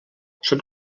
són